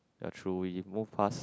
ya true we move fast